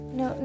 no